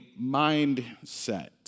mindset